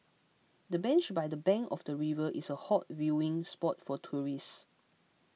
the bench by the bank of the river is a hot viewing spot for tourists